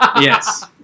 Yes